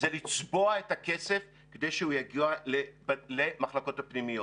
זה לצבוע את הכסף כדי שהוא יגיע למחלקות הפנימיות.